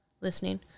listening